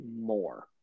more